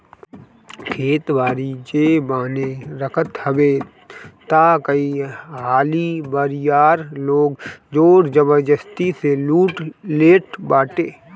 खेत बारी जे बान्हे रखत हवे तअ कई हाली बरियार लोग जोर जबरजस्ती से लूट लेट बाटे